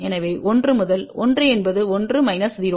எனவே 1 முதல் 1 என்பது 1 மைனஸ் 0